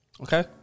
Okay